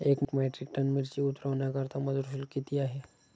एक metric tonne मिरची उतरवण्याकरता मजुर शुल्क किती आहे?